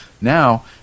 now